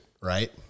right